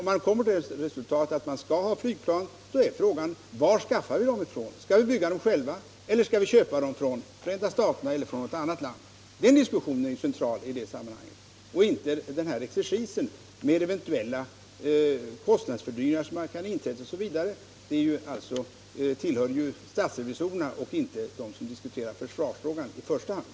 Om man då kommer till slutsatsen att vi skall ha flygplan, är frågan: Varifrån skall vi skaffa dem? Skall vi bygga dem själva eller skall vi köpa dem från Förenta staterna eller något annat land? Den diskussionen är central i detta sammanhang. Det är däremot inte herr Måbrinks exercis med siffror på eventuella kostnadsfördyringar som kan ha inträtt. Det ankommer på statsrevisorerna och inte i första hand på dem som diskuterar försvarsfrågan att avgöra den saken.